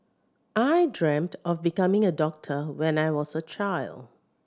I dreamt of becoming a doctor when I was a child